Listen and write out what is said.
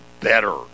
better